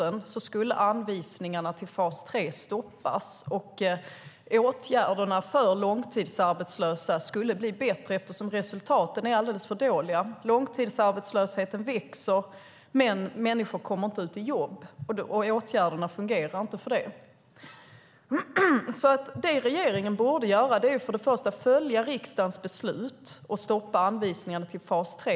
Enligt det beslutet skulle anvisningarna till fas 3 stoppas, och åtgärderna för långtidsarbetslösa skulle bli bättre eftersom resultaten var alldeles för dåliga. Långtidsarbetslösheten växer, men människor kommer inte ut i jobb. Åtgärderna fungerar inte för det. Det regeringen borde göra är först och främst att följa riksdagens beslut och stoppa anvisningarna till fas 3.